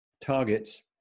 targets